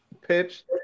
pitch